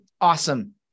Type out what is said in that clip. Awesome